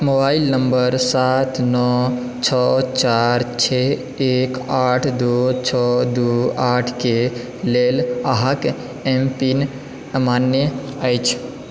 mobile number सात नओ छओ चारि छओ एक आठ दू छओ दू आठके लेल अहाँके एम पिन अमान्य अछि